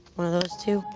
one of those two.